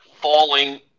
falling